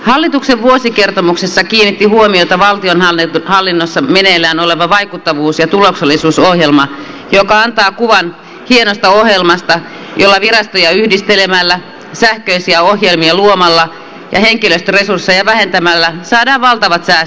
hallituksen vuosikertomuksessa kiinnitti huomiota valtionhallinnossa meneillään oleva vaikuttavuus ja tuloksellisuusohjelma joka antaa kuvan hienosta ohjelmasta jolla virastoja yhdistelemällä sähköisiä ohjelmia luomalla ja henkilöstöresursseja vähentämällä saadaan valtavat säästöt aikaan